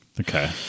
Okay